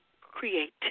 creativity